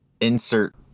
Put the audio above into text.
insert